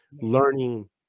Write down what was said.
learning